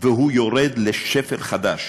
ויורד לשפל חדש.